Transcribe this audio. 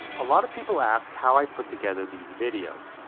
a lot of people ask how i put together these videos.